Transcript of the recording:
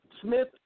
Smith